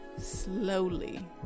slowly